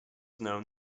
known